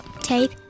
tape